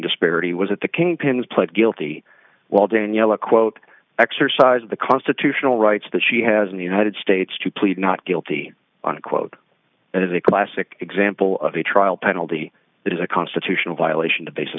disparity was that the kingpins pled guilty while daniela quote exercised the constitutional rights that she has in the united states to plead not guilty on quote and is a classic example of a trial penalty that is a constitutional violation to base